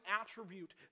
attribute